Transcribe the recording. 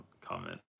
comment